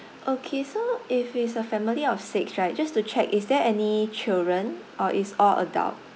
okay so if it's a family of six right just to check is there any children or it's all adult